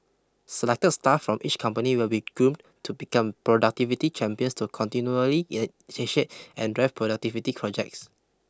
selected staff from each company will be groomed to become productivity champions to continually initiate and drive productivity projects